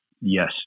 yes